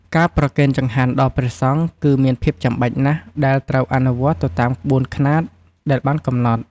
ការប្រគេនចង្ហាន់ដល់ព្រះសង្ឃគឺមានភាពចាំបាច់ណាស់ដែលត្រូវអនុវត្តន៍ទៅតាមក្បួនខ្នាតដែលបានកំណត់។